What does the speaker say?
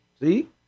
See